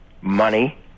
money